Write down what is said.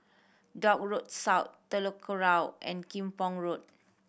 Dock Road South Telok Kurau and Kim Pong Road